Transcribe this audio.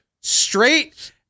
straight